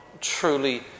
truly